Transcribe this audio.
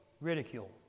ridicule